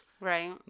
Right